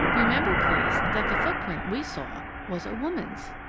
remember, please, that the footprint we saw was a woman's!